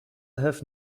have